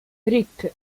rick